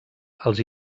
els